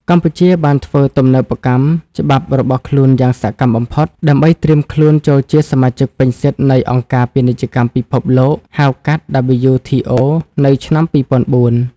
កម្ពុជាបានធ្វើទំនើបកម្មច្បាប់របស់ខ្លួនយ៉ាងសកម្មបំផុត ដើម្បីត្រៀមខ្លួនចូលជាសមាជិកពេញសិទ្ធិនៃអង្គការពាណិជ្ជកម្មពិភពលោក (ហៅកាត់ WTO) នៅឆ្នាំ ២០០៤។